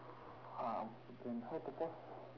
ah can how to pause